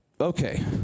Okay